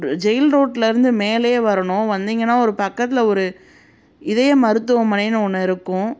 jail ரோட்டில் இருந்து மேலே வரணும் வந்திங்கன்னால் ஒரு பக்கத்தில் ஒரு இதயம் மருத்துவமனைனு ஒன்று இருக்கும்